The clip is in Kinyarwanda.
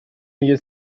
niryo